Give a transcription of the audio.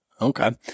Okay